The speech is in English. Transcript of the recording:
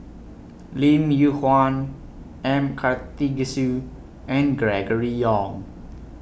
Lim Yew Kuan M Karthigesu and Gregory Yong